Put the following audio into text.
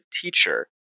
teacher